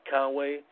Conway